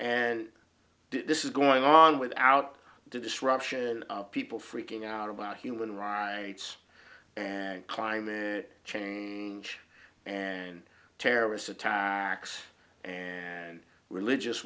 and this is going on without disruption people freaking out about human rights and climate change and terrorist attacks and religious